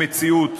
למציאות.